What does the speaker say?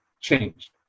changed